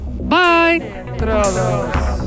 Bye